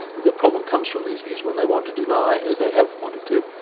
the problem comes from these views when they want to deny, as they have wanted to,